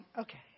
okay